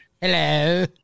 Hello